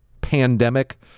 pandemic